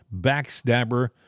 backstabber